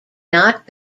not